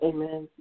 Amen